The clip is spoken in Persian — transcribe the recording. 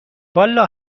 والا